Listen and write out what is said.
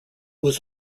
was